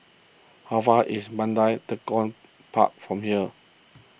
how far is Mandai Tekong Park from here